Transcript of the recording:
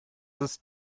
ist